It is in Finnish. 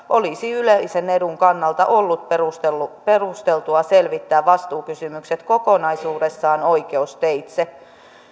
olisi yleisen edun kannalta ollut perusteltua selvittää vastuukysymykset kokonaisuudessaan oikeusteitse